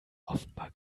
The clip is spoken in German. offenbar